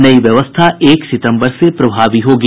नई व्यवस्था एक सितंबर से प्रभावी होगी